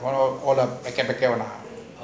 hold up packet packet ah